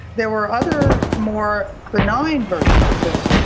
there were other more benign versions of this.